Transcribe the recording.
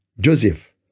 Joseph